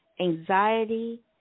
anxiety